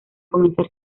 comenzar